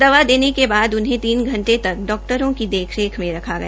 दवा लेने के बाद उन्हे तीन घंटे तक डाक्टरों की देख रेख में रखा गया